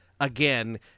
again